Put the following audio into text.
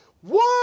one